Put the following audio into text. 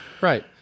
Right